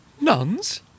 Nuns